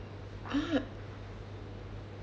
ah